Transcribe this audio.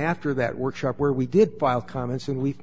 after that workshop where we did file comments and we